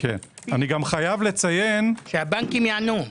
שהבנקים יענו.